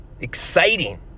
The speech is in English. exciting